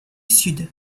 sud